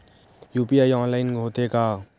UPI online होथे का?